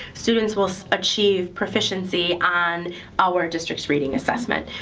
students will acheieve proficiency on our district's reading assessment.